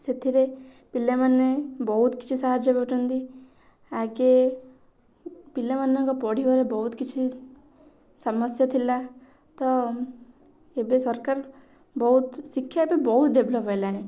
ସେଥିରେ ପିଲାମାନେ ବହୁତ କିଛି ସାହାଯ୍ୟ ପାଉଛନ୍ତି ଆଗେ ପିଲାମାନଙ୍କ ପଢ଼ିବାରେ ବହୁତ କିଛି ସମସ୍ୟା ଥିଲା ତ ଏବେ ସରକାର ବହୁତ ଶିକ୍ଷା ଏବେ ବହୁତ ଡେଭଲପ୍ ହେଲାଣି